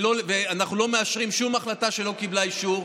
אנחנו לא מאשרים שום החלטה שלא קיבלה אישור,